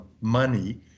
money